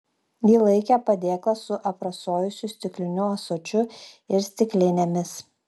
ji laikė padėklą su aprasojusiu stikliniu ąsočiu ir stiklinėmis